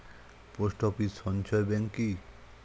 Post office সঞ্চয় bank কি?